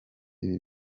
ibi